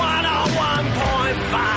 101.5